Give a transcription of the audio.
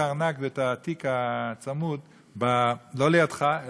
את הארנק ואת התיק הצמוד לא לידך,